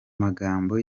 magambo